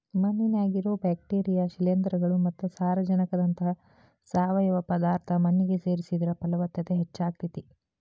ಮಣ್ಣಿನ್ಯಾಗಿರೋ bacteria, ಶಿಲೇಂಧ್ರಗಳು ಮತ್ತ ಸಾರಜನಕದಂತಹ ಸಾವಯವ ಪದಾರ್ಥ ಮಣ್ಣಿಗೆ ಸೇರಿಸಿದ್ರ ಪಲವತ್ತತೆ ಹೆಚ್ಚಾಗ್ತೇತಿ